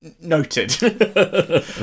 noted